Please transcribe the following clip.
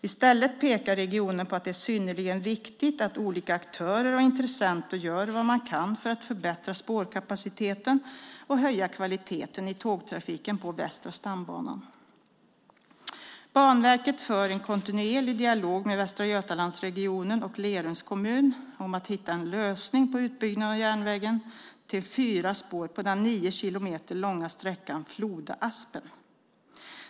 I stället pekar regionen på att det är synnerligen viktigt att olika aktörer och intressenter gör vad man kan för att förbättra spårkapaciteten och höja kvaliteten i tågtrafiken på Västra stambanan. Banverket för en kontinuerlig dialog med Västra Götalandsregionen och Lerums kommun om att hitta en lösning på utbyggnaden av järnvägen till fyra spår på den nio kilometer långa sträckan Floda-Aspen.